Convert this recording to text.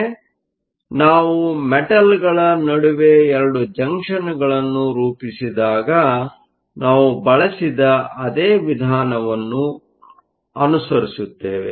ಆದ್ದರಿಂದ ನಾವು ಮೆಟಲ್Metalಗಳ ನಡುವೆ 2 ಜಂಕ್ಷನ್ಗಳನ್ನು ರೂಪಿಸಿದಾಗ ನಾವು ಬಳಸಿದ ಅದೇ ವಿಧಾನವನ್ನು ನಾವು ಅನುಸರಿಸುತ್ತೇವೆ